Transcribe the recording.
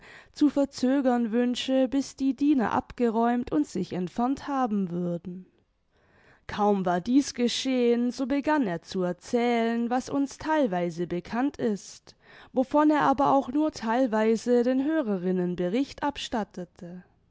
zu verzögern wünsche bis die diener abgeräumt und sich entfernt haben würden kaum war dieß geschehen so begann er zu erzählen was uns theilweise bekannt ist wovon er aber auch nur theilweise den hörerinnen bericht abstattete